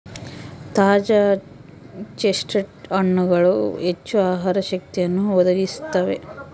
ತಾಜಾ ಚೆಸ್ಟ್ನಟ್ ಹಣ್ಣುಗಳು ಹೆಚ್ಚು ಆಹಾರ ಶಕ್ತಿಯನ್ನು ಒದಗಿಸುತ್ತವೆ